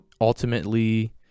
ultimately